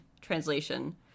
translation